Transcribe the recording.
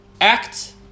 act